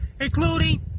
Including